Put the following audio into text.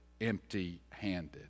empty-handed